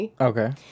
Okay